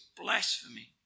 blasphemy